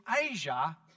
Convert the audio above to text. Asia